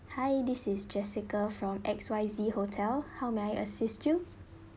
hi this is jessica from X Y Z hotel how may I assist you